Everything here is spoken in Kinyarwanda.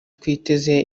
twiteze